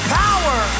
power